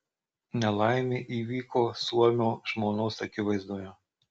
nelaimė įvyko suomio žmonos akivaizdoje